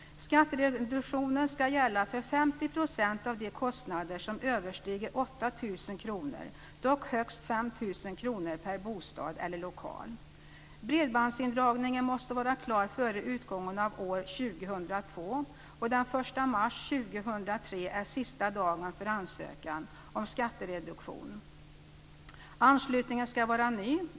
Skattereduktionen ska gälla för 50 % av de kostnader som överstiger 8 000 kr, dock högst 5 000 mars 2003 är sista dagen för ansökan om skattereduktion. Anslutningen ska vara ny.